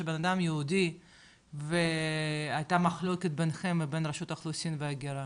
שבו בן אדם יהודי והייתה מחלוקת בינכם לבין רשות האוכלוסין וההגירה?